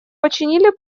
починили